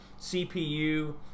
CPU